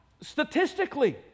statistically